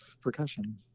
percussion